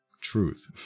truth